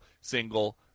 single